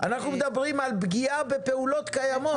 אנחנו מדברים על פגיעה בפעולות קיימות.